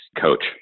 coach